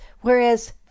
whereas